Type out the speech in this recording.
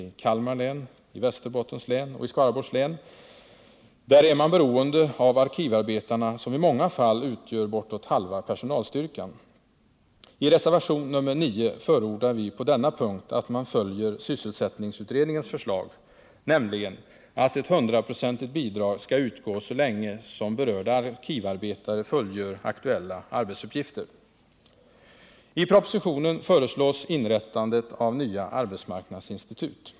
i Kalmar län, Västerbottens län och Skaraborgs län, är beroende av arkivarbetarna som i många fall utgör bortåt halva personalstyrkan. I reservation nr 9 förordar vi på denna punkt att man följer sysselsättningsutredningens förslag, nämligen att ett 100-procentigt bidrag skall utgå så länge som berörda arkivarbetare fullgör aktuella arbetsuppgifter. I propositionen föreslås inrättandet av nya arbetsmarknadsinstitut.